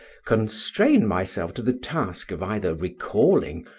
constrain myself to the task of either recalling,